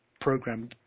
program